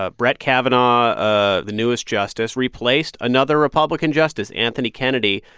ah brett kavanaugh. ah the newest justice replaced another republican justice. anthony kennedy?